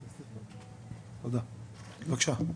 בבקשה.